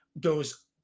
goes